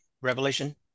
Revelation